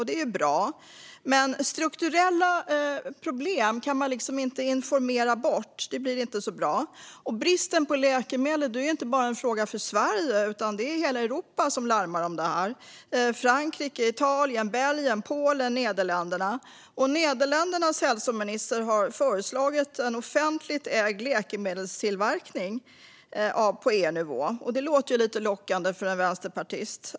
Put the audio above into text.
Det är bra, men strukturella problem kan man inte informera bort. Det blir inte bra. Bristen på läkemedel är inte bara en fråga för Sverige, utan hela Europa larmar om detta - Frankrike, Italien, Belgien, Polen och Nederländerna. Nederländernas hälsominister har föreslagit en offentligt ägd läkemedelstillverkning på EU-nivå. Det låter lite lockande för en vänsterpartist.